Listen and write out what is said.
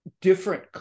different